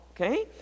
okay